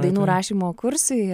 dainų rašymo kursai